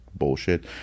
bullshit